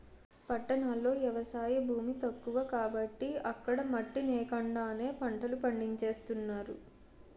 పట్టణాల్లో ఎవసాయ భూమి తక్కువ కాబట్టి అక్కడ మట్టి నేకండానే పంటలు పండించేత్తన్నారు